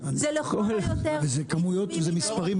זה לכל היותר עיצומים כספיים,